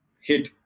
hit